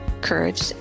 courage